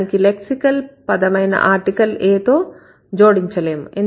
దాన్ని లెక్సికల్ పదమైన article a తో జోడించలేము